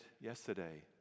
yesterday